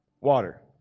water